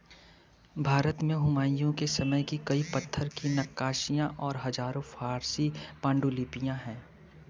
भारत में हुमायूं के समय की कई पत्थर की नक्काशियाँ और हज़ारों फ़ारसी पांडुलिपियाँ हैं